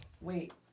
Wait